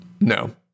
No